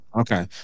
okay